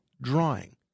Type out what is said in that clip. drawing